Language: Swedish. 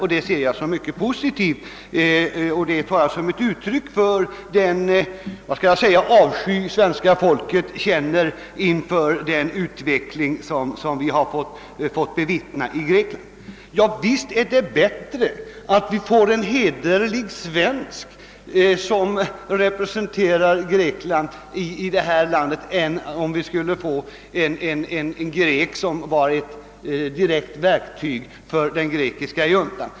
Jag ser detta som något mycket positivt och som ett uttryck för den avsky svenska folket känner inför den utveckling vi fått bevittna i Grekland. Ja, visst är det bättre att vi får en hederlig svensk som representant för Grekland i vårt land än en grek, som är ett direkt verktyg för den grekiska juntan.